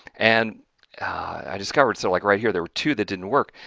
and i discovered, so like right here, there were two that didn't work,